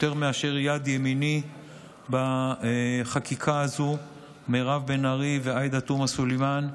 יותר מאשר יד ימיני בחקיקה הזאת מירב בן ארי ועאידה תומא סלימאן,